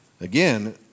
again